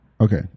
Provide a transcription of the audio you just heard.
Okay